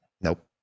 Nope